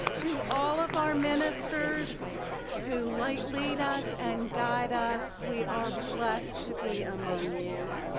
to all of our ministers who like lead us and guide us, we are blessed to be among you.